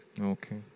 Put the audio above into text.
okay